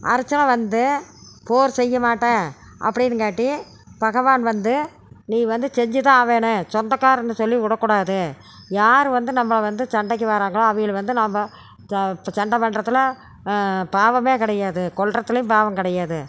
அர்ச்சுனன் வந்து போர் செய்ய மாட்டேன் அப்டிங்கினாட்டி பகவான் வந்து நீ வந்து செஞ்சு தான் ஆவனுன்னு சொந்தக்காரன்னு சொல்லி விடக்கூடாது யார் வந்து நம்மள வந்து சண்டைக்கு வராங்களோ அவிங்கள வந்து நம்ம சண்டை பண்றதுல பாவம் கிடையாது கொல்றதுலேயும் பாவம் கிடையாது